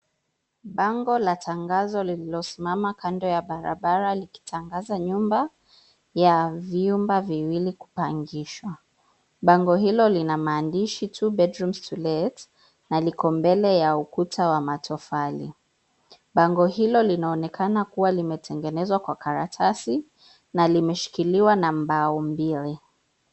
Bango la tangazo lililosimama kando ya barabara likitangaza nyumba ya vyumba viwili kupangishwa. Bango hilo lina maandishi two bedrooms to let na liko mbele ya ukuta wa matofali. Bango hilo linaonekana kuwa limetengenezwa kwa karatasi na limeshikiliwa na mbao mbili.